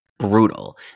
brutal